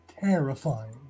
terrifying